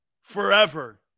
forever